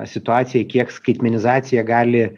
situaciją kiek skaitmenizacija gali